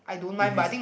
if it's